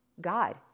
God